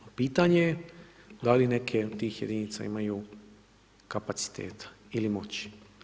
Pitanje je da li neke od tih jedinica imaju kapaciteta ili moći.